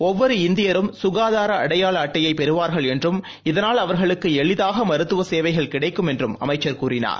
ஒவ்வொரு இந்தியரும் சுகாதாரஅடையாளஅட்டையைபெறுவார்கள் என்றும் இதனால் அவர்களுக்குஎளிதாகமருத்துவசேவைகள் கிடைக்கும் என்றும் அமைச்சர் கூறினார்